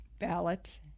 ballot